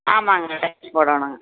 ஆமாங்க டைல்ஸ் போடணுங்க